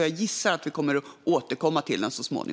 Jag gissar att vi så småningom kommer att återkomma till den.